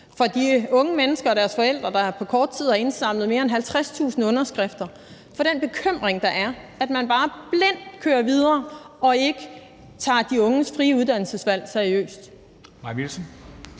hos de unge mennesker og deres forældre, der på kort tid har indsamlet mere end 50.000 underskrifter, men bare blindt kørt videre og ikke tager de unges frie uddannelsesudvalg seriøst.